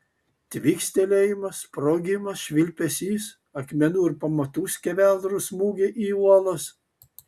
tvykstelėjimas sprogimas švilpesys akmenų ir pamatų skeveldrų smūgiai į uolas